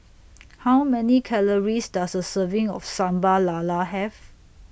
How Many Calories Does A Serving of Sambal Lala Have